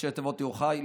ראשי תיבות יוחאי,